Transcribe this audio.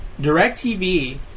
DirecTV